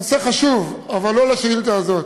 זה נושא חשוב, אבל לא לשאילתה הזאת.